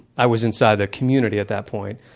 i was inside the community at that point,